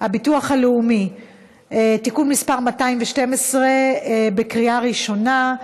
הביטוח הלאומי (תיקון מס' 212), בקריאה ראשונה.